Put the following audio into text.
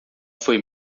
foi